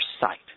site